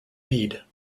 meade